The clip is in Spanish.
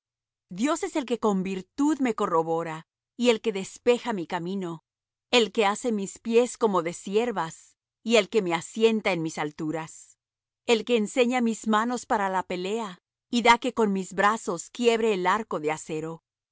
dios es el que con virtud me corrobora y el que despeja mi camino el que hace mis pies como de ciervas y el que me asienta en mis alturas el que enseña mis manos para la pelea y da que con mis brazos quiebre el arco de acero